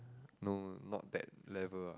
no not that level